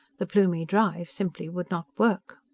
the plumie drive simply would not work.